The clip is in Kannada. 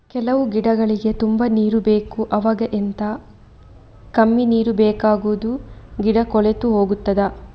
ಕೆಲವು ಗಿಡಗಳಿಗೆ ತುಂಬಾ ನೀರು ಬೇಕು ಅವಾಗ ಎಂತ, ಕಮ್ಮಿ ನೀರು ಬೇಕಾಗುವ ಗಿಡ ಕೊಳೆತು ಹೋಗುತ್ತದಾ?